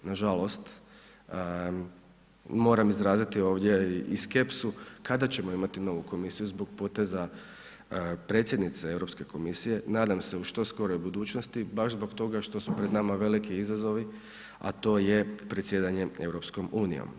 Nažalost, moram izraziti ovdje i skepsu kada ćemo imati novu komisiju zbog poteza predsjednice Europske komisije, nadam se u što skoroj budućnosti baš zbog toga što su pred nama veliki izazovi, a to je predsjedanje Europskom unijom.